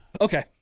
Okay